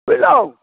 बुझलहुँ